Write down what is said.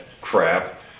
crap